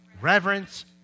reverence